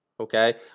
Okay